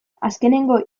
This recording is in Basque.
azkenengo